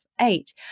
eight